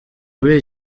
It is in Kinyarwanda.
muri